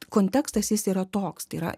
kontekstas jis yra toks tai yra